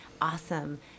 awesome